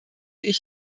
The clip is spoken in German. ich